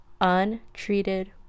untreated